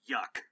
Yuck